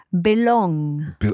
Belong